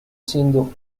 siendo